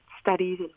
studies